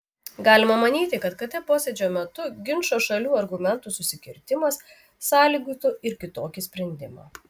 galima manyti kad kt posėdžio metu ginčo šalių argumentų susikirtimas sąlygotų ir kitokį sprendimą